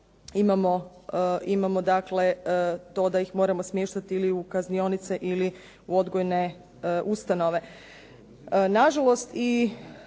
imamo to da ih moramo smještati ili u kaznionice ili u odgojne ustanove.